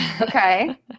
Okay